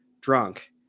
drunk